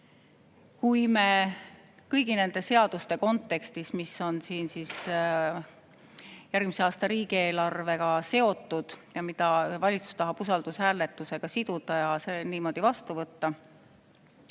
eurot. Kõigi nende seaduste kontekstis, mis on järgmise aasta riigieelarvega seotud ja mida valitsus tahab usaldushääletusega siduda ja niimoodi vastu võtta,